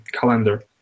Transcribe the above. calendar